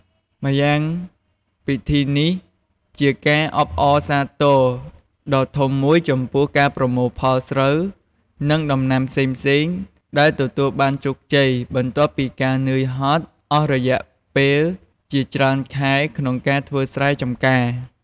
ម្យ៉ាងពិធីបុណ្យនេះជាការអបអរសាទរដ៏ធំមួយចំពោះការប្រមូលផលស្រូវ និងដំណាំផ្សេងៗដែលទទួលបានជោគជ័យ បន្ទាប់ពីការនឿយហត់អស់រយៈពេលជាច្រើនខែក្នុងការធ្វើស្រែចំកា។